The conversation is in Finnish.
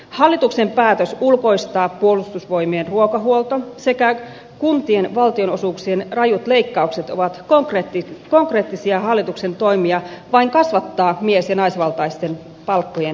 hallituksen päätös ulkoistaa puolustusvoimien ruokahuolto sekä kuntien valtionosuuksien rajut leikkaukset ovat konkreettisia hallituksen toimia vain kasvattaa mies ja naisvaltaisten alojen palkkojen eroja